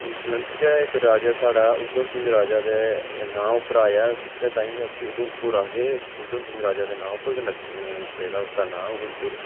influence गै इक राजा साढ़ा उधम सिंह राजा दे नांऽ पर आया इस करी गै उधमपुर आखदे उधम सिंह राजे दे नांऽ पर गै पेदा उसदा नांऽ उधमपुर